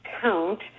count